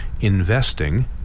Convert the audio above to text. investing